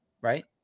right